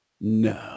No